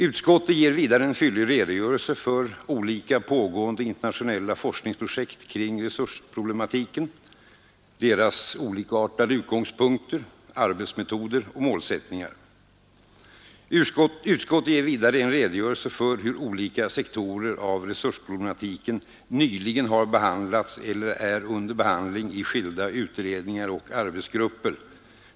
Utskottet ger vidare en fyllig redovisning av olika pågående internationella forskningsprojekt kring dessa frågor, deras olikartade utgångspunkter, arbetsmetoder och målsättningar. Utskottet redogör slutligen för hur olika sektorer av resursproblematiken nyligen har behandlats eller för närvarande behandlas i skilda utredningar och arbetsgrupper.